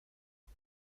het